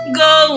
go